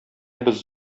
без